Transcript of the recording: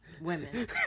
women